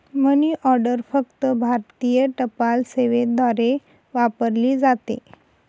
मनी order फक्त भारतीय टपाल सेवेद्वारे वापरली जाते